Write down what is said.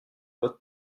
votre